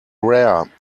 rare